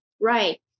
Right